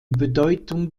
bedeutung